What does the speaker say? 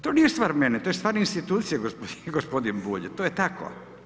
To nije stvar mene, to je stvar institucije, gospodin Bulj, to je tako.